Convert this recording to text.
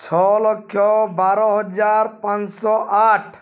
ଛଅ ଲକ୍ଷ ବାର ହଜାର ପାଞ୍ଚ ଶହ ଆଠ